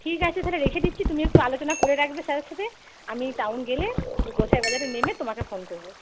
ঠিক আছে তাহলে রেখে দিচ্ছি তুমি একটু আলোচনা করে রাখবে স্যারের সাথে আমি টাউন গেলে গোসাই বাজারে নেমে তোমাকে ফোন করবো